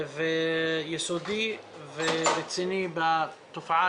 שאנחנו צריכים טיפול מקיף ויסודי ורציני בתופעת